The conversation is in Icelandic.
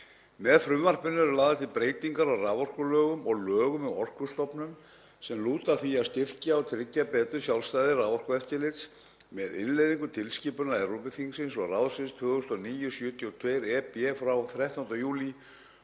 Með frumvarpinu eru lagðar til breytingar á raforkulögum og lögum um Orkustofnun sem lúta að því að styrkja og tryggja betur sjálfstæði raforkueftirlits, með innleiðingu tilskipunar Evrópuþingsins og ráðsins 2009/72/EB frá 13. júlí